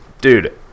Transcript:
dude